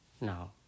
Now